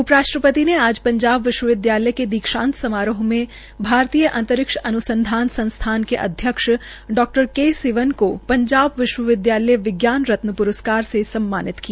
उप राष्ट्रपति ने आज पंजाब विश्वविदयालय के दीक्षांत समारोह में भारतीय अनुसंधान के अध्यक्ष डा सिवन को पंजाब विश्वविदयालय विज्ञान रत्न प्रस्कार से सम्मानित किया